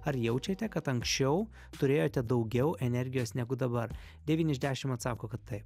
ar jaučiate kad anksčiau turėjote daugiau energijos negu dabar devyni iš dešim atsako kad taip